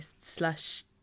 slash